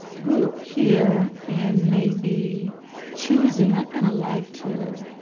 group here and maybe choosing i kind of like to